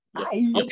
okay